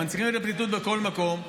הם מנציחים את הפליטות בכל מקום.